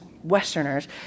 Westerners